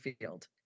field